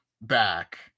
back